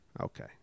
Okay